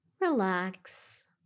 relax